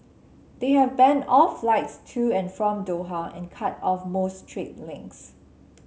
they have banned all flights to and from Doha and cut off most trade links